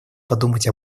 подумать